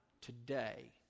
today